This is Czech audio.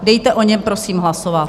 Dejte o něm prosím hlasovat.